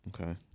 Okay